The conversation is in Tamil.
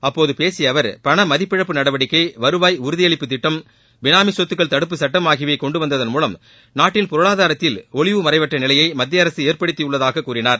அப்போது பேசிய அவர் பணமதிப்பிழப்பு நடவடிக்கை வருவாய் உறுதியளிப்புத் திட்டம் பினாமி சொத்துக்கள் தடுப்புச் சட்டம் ஆகியவை கொண்டு வந்ததன் மூலம் நாட்டின் பொளாதாரத்தில் ஒளிவு மறைவற்ற நிலையை மத்திய அரசு ஏற்படுத்தியுள்ளதாக கூறினார்